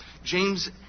James